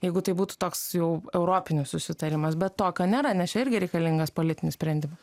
jeigu tai būtų toks jau europinis susitarimas bet tokio nėra nes čia irgi reikalingas politinis sprendimas